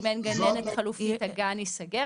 אם אין גננת חלופית הגן ייסגר.